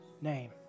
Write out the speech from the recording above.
name